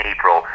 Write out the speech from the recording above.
April